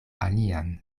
alian